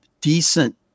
decent